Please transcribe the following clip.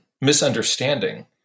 misunderstanding